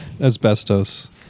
asbestos